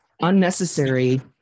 Unnecessary